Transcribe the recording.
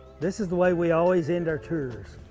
this is the way we always end our tours,